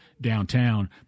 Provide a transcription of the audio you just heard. downtown